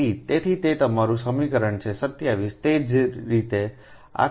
તેથી તે તમારું સમીકરણ છે 27 તે જ રીતે આ ખોટ પણ તમે લખી શકો છો